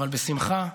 אבל בשמחה,